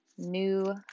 new